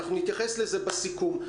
נתייחס לזה בסיכום.